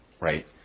right